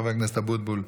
חבר הכנסת אבוטבול,